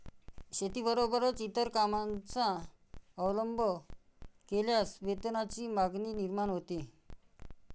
शेतीबरोबरच इतर कामांचा अवलंब केल्यास वेतनाची मागणी निर्माण होते